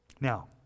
Now